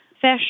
fish